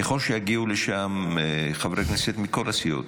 ככל שיגיעו לשם חברי כנסת מכל הסיעות,